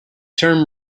term